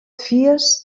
fies